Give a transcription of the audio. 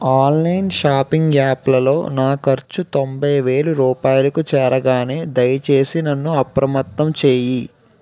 online shopping యాప్లలో నా ఖర్చు తొంబైవేలు రూపాయలకు చేరగానే దయచేసి నన్ను అప్రమత్తం చేయి